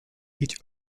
each